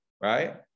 right